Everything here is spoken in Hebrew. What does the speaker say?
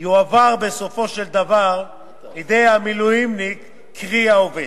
יועבר בסופו של דבר לידי המילואימניק, קרי העובד.